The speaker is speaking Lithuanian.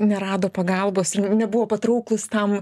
nerado pagalbos ir nebuvo patrauklūs tam